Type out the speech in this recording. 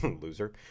loser